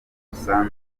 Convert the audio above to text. gusa